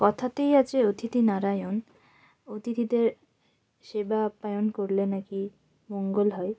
কথাতেই আছে অতিথি নারায়ণ অতিথিদের সেবা আপ্যায়ন করলে নাকি মঙ্গল হয়